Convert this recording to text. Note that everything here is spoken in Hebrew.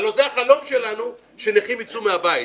הרי זה החלום שלנו, שנכים יצאו מן הבית.